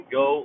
go